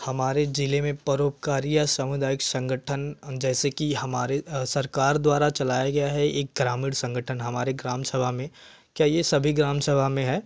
हमारे ज़िले में परोपकारीय सामुदायिक संगठन जैसे कि हमारी सरकार द्वारा चलाया गया है एक ग्रामीण संगठन हमारे ग्राम सभा में क्या यह सभी ग्राम सभा में है